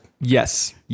Yes